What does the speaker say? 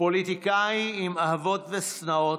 פוליטיקאי עם אהבות ושנאות,